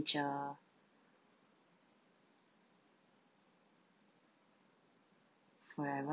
whatever